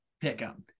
pickup